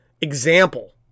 example